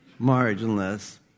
marginless